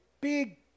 big